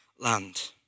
land